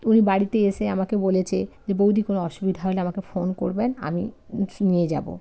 উনি বাড়িতে এসে আমাকে বলেছে যে বৌদি কোনো অসুবিধা হলে আমাকে ফোন করবেন আমি নিয়ে যাব